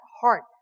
heart